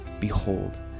behold